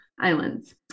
islands